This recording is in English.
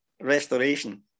restoration